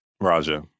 Raja